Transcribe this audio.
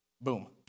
Boom